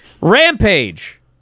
Rampage